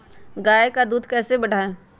गाय का दूध कैसे बढ़ाये?